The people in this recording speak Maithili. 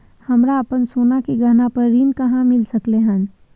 हमरा अपन सोना के गहना पर ऋण कहाॅं मिल सकलय हन?